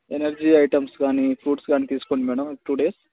energy items కానీ fruits కానీ తీసుకోండి మ్యాడమ్ టుడే